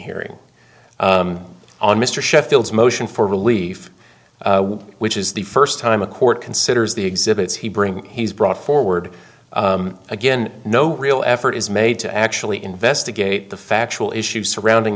hearing on mr sheffield's motion for relief which is the first time a court considers the exhibits he brings he's brought forward again no real effort is made to actually investigate the factual issues surrounding